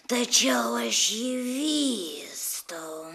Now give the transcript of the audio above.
tačiau aš jį vystau